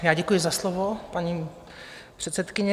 Já děkuji za slovo, paní předsedkyně.